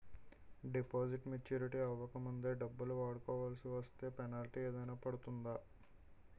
Deposit maturity అవ్వక ముందే డబ్బులు వాడుకొవాల్సి వస్తే పెనాల్టీ ఏదైనా పడుతుందా?